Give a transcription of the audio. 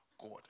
God